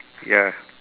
ya